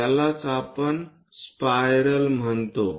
यालाच आपण स्पायरल म्हणतो